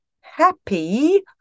happy